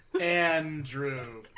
Andrew